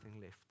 left